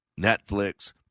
Netflix